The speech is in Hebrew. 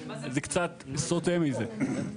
זה קצת סוטה מזה.